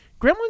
Gremlins